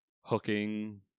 Hooking